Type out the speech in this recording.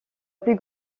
plus